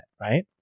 Right